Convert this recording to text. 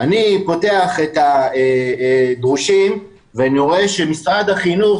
אני פותח את ה"דרושים" ואני רואה שמשרד החינוך,